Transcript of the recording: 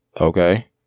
okay